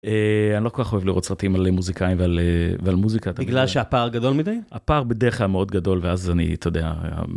אני לא כל כך אוהב לראות סרטים על מוזיקאים ועל מוזיקה. בגלל שהפער גדול מדי? הפער בדרך כלל מאוד גדול, ואז אני, אתה יודע...